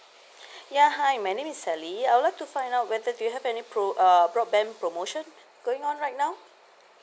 ya hi my name is sally I would like to find out whether do you have any pro~ uh broadband promotion going on right now